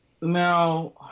Now